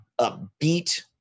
upbeat